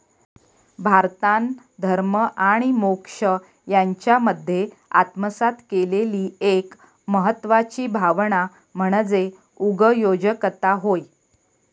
भारतान धर्म आणि मोक्ष यांच्यामध्ये आत्मसात केलेली एक महत्वाची भावना म्हणजे उगयोजकता होय